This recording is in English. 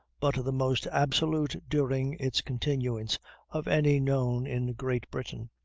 but the most absolute during its continuance of any known in great britain,